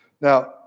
Now